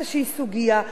לפרק אותה,